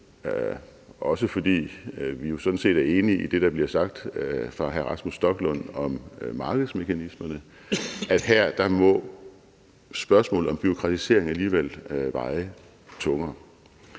også fordi vi sådan set er enige i det, der bliver sagt fra hr. Rasmus Stoklund om markedsmekanismerne, at her må spørgsmålet om bureaukratisering alligevel veje tungere.